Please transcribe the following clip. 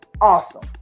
Awesome